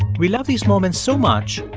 we love these moments so much,